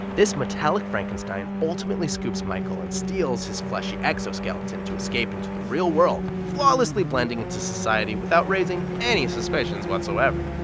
this metallic frankenstein ultimately scoops michael and steals his fleshy exoskeleton to escape into the real world, flawlessly blending into society without raising any suspicions whatsoever!